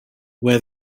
where